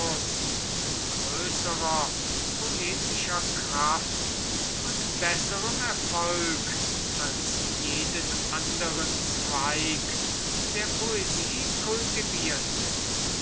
mit größerer poetischer kraft und besserem erfolg als jeden anderen zweig der poesie kultivierte